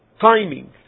timing